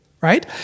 right